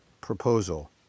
Proposal